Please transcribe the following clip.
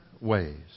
ways